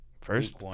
first